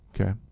Okay